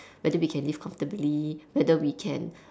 whether we can live comfortably whether we can